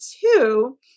two